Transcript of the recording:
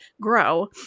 grow